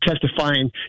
testifying